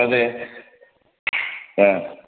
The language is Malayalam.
അതെ ആ